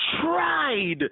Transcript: tried